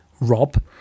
rob